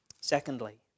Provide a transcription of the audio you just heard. Secondly